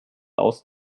aus